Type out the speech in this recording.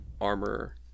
armor